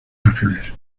ángeles